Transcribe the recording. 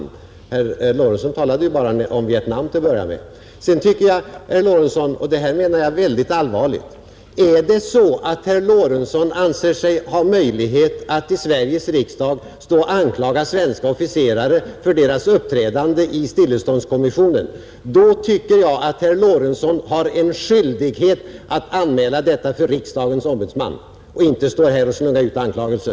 Herr Lorentzon talade ju bara om Vietnam till att börja med, Sedan tycker jag, herr Lorentzon, och det menar jag allvarligt: Är det så att herr Lorentzon anser sig ha möjlighet att i Sveriges riksdag stå och anklaga svenska officerare för deras uppträdande i stilleståndskommissionen, då tycker jag att herr Lorentzon har en skyldighet att anmäla detta för riksdagens ombudsman i stället för att stå här och slunga ut dessa anklagelser.